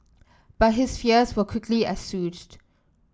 but his fears were quickly assuaged